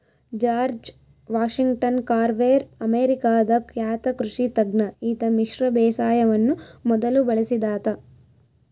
George Washington Carver ಅಮೇರಿಕಾದ ಖ್ಯಾತ ಕೃಷಿ ತಜ್ಞ ಈತ ಮಿಶ್ರ ಬೇಸಾಯವನ್ನು ಮೊದಲು ಬಳಸಿದಾತ